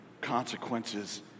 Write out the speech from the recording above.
consequences